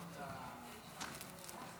תודה רבה, אדוני